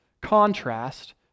contrast